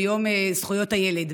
ודווקא ביום זכויות הילד,